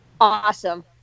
Awesome